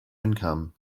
income